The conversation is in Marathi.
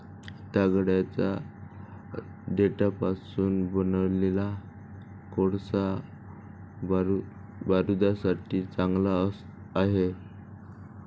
तागाच्या देठापासून बनवलेला कोळसा बारूदासाठी चांगला आहे